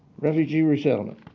refugee resettlement.